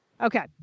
Okay